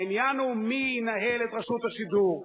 העניין הוא מי ינהל את רשות השידור,